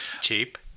cheap